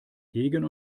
hegen